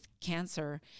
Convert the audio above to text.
cancer